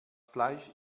fleisch